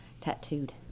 tattooed